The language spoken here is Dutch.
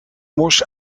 mos